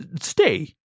Stay